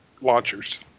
launchers